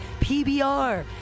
pbr